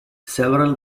several